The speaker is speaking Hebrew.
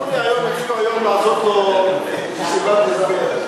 אמרו לי היום, התחילו היום לעשות לו ישיבת הסדר.